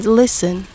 listen